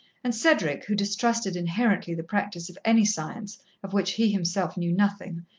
and cedric, who distrusted inherently the practice of any science of which he himself knew nothing,